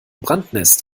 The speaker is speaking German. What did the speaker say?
brandnest